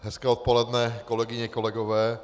Hezké odpoledne kolegyně, kolegové.